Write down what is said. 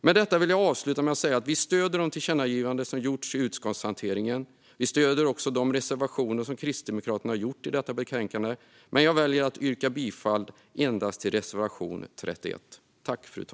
Med detta vill jag avsluta med att säga att vi stöder de tillkännagivande som gjorts i utskottshanteringen och också de reservationer som Kristdemokraterna har gjort i detta betänkande, men jag väljer att yrka bifall endast till reservation 31.